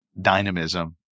dynamism